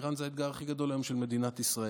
שאיראן היא האתגר הכי גדול היום של מדינת ישראל.